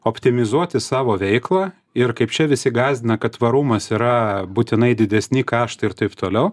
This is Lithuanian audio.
optimizuoti savo veiklą ir kaip čia visi gąsdina kad tvarumas yra būtinai didesni kaštai ir taip toliau